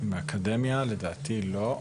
לדעתי לא,